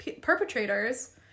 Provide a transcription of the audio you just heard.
perpetrators